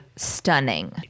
Stunning